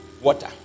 water